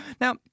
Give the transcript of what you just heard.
Now